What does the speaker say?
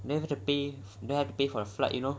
don't have to pay don't have to pay for the flight you know